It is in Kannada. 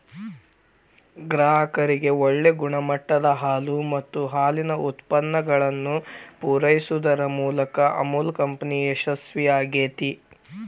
ಗ್ರಾಹಕರಿಗೆ ಒಳ್ಳೆ ಗುಣಮಟ್ಟದ ಹಾಲು ಮತ್ತ ಹಾಲಿನ ಉತ್ಪನ್ನಗಳನ್ನ ಪೂರೈಸುದರ ಮೂಲಕ ಅಮುಲ್ ಕಂಪನಿ ಯಶಸ್ವೇ ಆಗೇತಿ